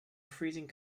freezing